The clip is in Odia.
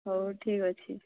ହେଉ ଠିକ୍ ଅଛି